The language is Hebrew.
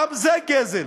גם זה גזל.